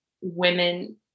women